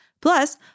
Plus